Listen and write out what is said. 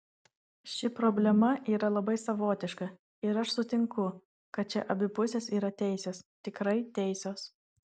ši problema yra labai savotiška ir aš sutinku kad čia abi pusės yra teisios tikrai teisios